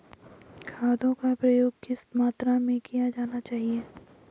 खादों का प्रयोग किस मात्रा में किया जाना चाहिए?